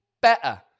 better